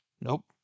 Nope